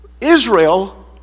Israel